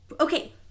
okay